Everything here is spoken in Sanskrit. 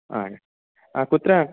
कुत्र